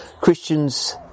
Christians